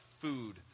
food